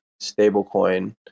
stablecoin